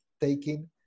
taking